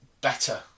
better